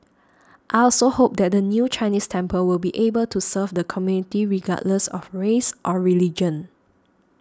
I also hope that the new Chinese temple will be able to serve the community regardless of race or religion